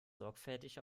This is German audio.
sorgfältig